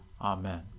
Amen